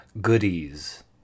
goodies